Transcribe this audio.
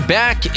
back